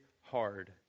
hard